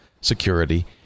Security